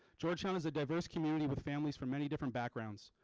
georgetown is a diverse community with families from many different backgrounds.